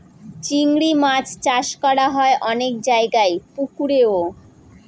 চিংড়ি মাছ চাষ করা হয় অনেক জায়গায় পুকুরেও